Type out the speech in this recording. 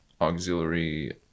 auxiliary